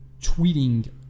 tweeting